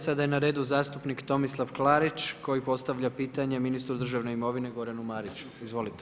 Sada je na redu zastupnik Tomislav Klarić koji postavlja pitanje ministru državne imovine Goranu Mariću, izvolite.